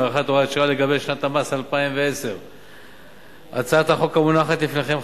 הארכת הוראת שעה לגבי שנת המס 2010). הצעת החוק המונחת לפניכם,